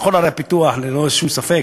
בכל ערי הפיתוח ללא שום ספק,